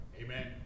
Amen